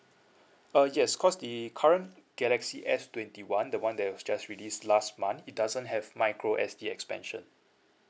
uh yes cause the current galaxy S twenty one the one that was just released last month it doesn't have micro S_D expansion